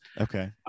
Okay